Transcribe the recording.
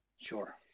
sure